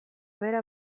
bera